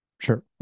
Sure